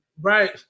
Right